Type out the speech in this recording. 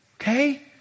Okay